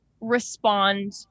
respond